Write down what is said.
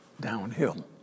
downhill